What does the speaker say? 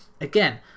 Again